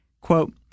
quote